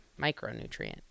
Micronutrient